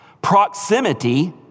Proximity